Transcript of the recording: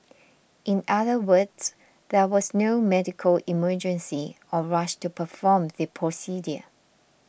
in other words there was no medical emergency or rush to perform the procedure